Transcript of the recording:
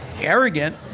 arrogant